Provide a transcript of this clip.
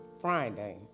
Friday